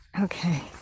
Okay